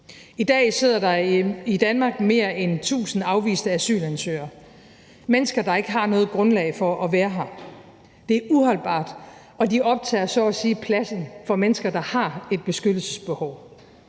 I dag sidder der i Danmark mere end tusind afviste asylansøgere; mennesker, der ikke har noget grundlag for at være her. Det er uholdbart, og de optager så at sige pladsen for mennesker, der har et beskyttelsesbehov.